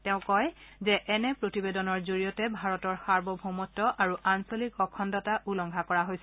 তেওঁ কয় যে এনে প্ৰতিবেদনৰ জৰিয়তে ভাৰতৰ সাৰ্বভৌমত্ব আৰু আঞ্চলিক অখণ্ডতা উলংঘা কৰা হৈছে